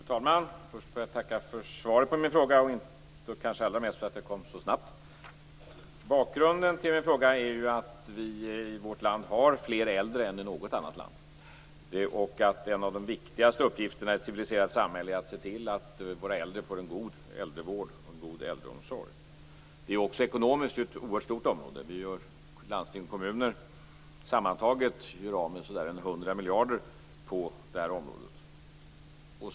Fru talman! Jag vill först tacka för svaret på min interpellation och kanske mest för att det kom så snabbt. Bakgrunden till interpellationen är ju att vi i vårt land har fler äldre än vad man har i något annat land. En av de viktigaste uppgifterna i ett civiliserat samhälle är att se till att våra äldre får en god äldrevård och en god äldreomsorg. Det är också ekonomiskt ett oerhört stort område. Landsting och kommuner gör sammantaget av med ungefär 100 miljarder på detta område.